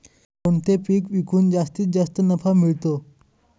कोणते पीक विकून जास्तीत जास्त नफा मिळतो?